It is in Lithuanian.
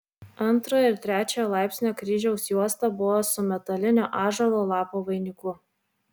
antrojo ir trečiojo laipsnio kryžiaus juosta buvo su metaliniu ąžuolo lapų vainiku